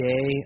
day